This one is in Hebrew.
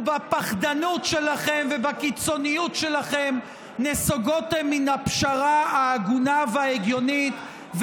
בפחדנות שלכם ובקיצוניות שלכם נסוגותם מן הפשרה ההגונה וההגיונית,